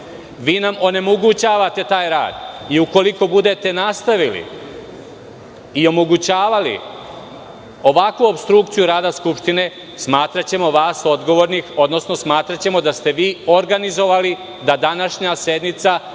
Vi nam onemogućavate taj rad. Ukoliko budete nastavili i omogućavali ovakvu opstrukciju rada Skupštine, smatraćemo vas odgovornim, odnosno smatraćemo da ste vi organizovali dadanašnja sednica